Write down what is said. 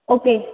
okay